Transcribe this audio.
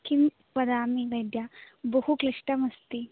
किं वदामि वैद्ये बहु क्लिष्टमस्ति